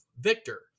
Victor